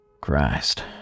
Christ